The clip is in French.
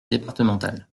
départemental